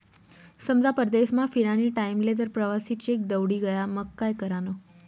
समजा परदेसमा फिरानी टाईमले जर प्रवासी चेक दवडी गया मंग काय करानं?